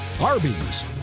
Arby's